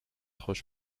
خوش